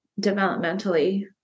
developmentally